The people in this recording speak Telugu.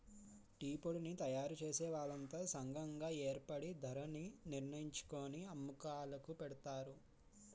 టీపొడిని తయారుచేసే వాళ్లంతా సంగం గాయేర్పడి ధరణిర్ణించుకొని అమ్మకాలుకి పెడతారు